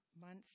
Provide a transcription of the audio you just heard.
months